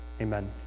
Amen